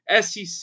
SEC